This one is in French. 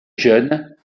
jeunes